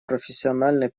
профессиональной